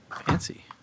Fancy